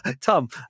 Tom